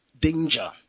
danger